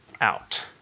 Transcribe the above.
out